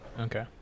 Okay